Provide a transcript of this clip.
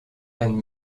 and